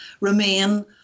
remain